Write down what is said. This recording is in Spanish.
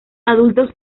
adultos